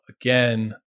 again